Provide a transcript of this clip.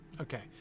Okay